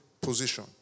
position